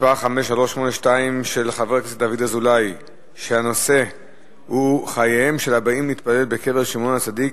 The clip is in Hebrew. סכנה לחייהם של הבאים להתפלל בקבר שמעון הצדיק,